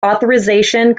authorization